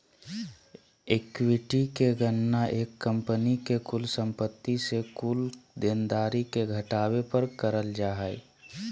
equity के गणना एक कंपनी के कुल संपत्ति से कुल देनदारी के घटावे पर करल जा हय